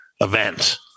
event